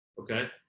Okay